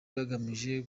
bagamije